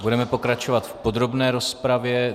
Budeme pokračovat v podrobné rozpravě.